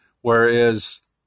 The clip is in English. whereas